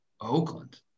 Oakland